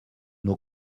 nos